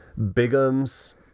Bigum's